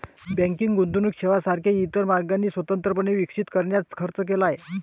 banking गुंतवणूक सेवांसारख्या इतर मार्गांनी स्वतंत्रपणे विकसित करण्यात खर्च केला आहे